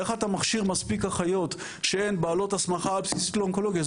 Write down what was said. איך אתה מכשיר מספיק אחיות שהן בעלות הסמכה בסיסית לאונקולוגיה,